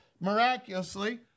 miraculously